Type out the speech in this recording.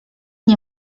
nie